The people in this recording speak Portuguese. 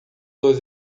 dos